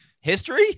history